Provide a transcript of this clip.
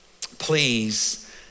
please